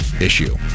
issue